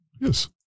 Yes